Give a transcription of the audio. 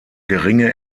geringe